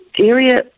area